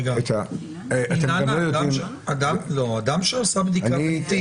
לא, אדם שעשה בדיקה ביתית